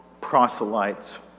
proselytes